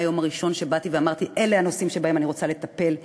מהיום הראשון שבאתי ואמרתי: אלה הנושאים שבהם אני רוצה לטפל,